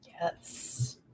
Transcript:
Yes